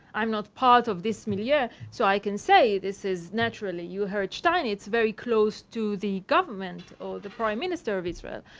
i'm not part of this milieu yeah so i can say this naturally you heard steinitz, very close to the government, or the prime minister of israel,